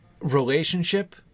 relationship